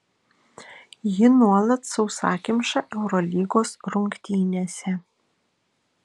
ji nuolat sausakimša eurolygos rungtynėse